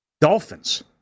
Dolphins